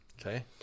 Okay